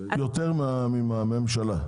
יותר מהממשלה.